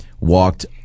walked